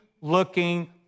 looking